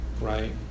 right